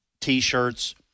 T-shirts